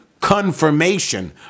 confirmation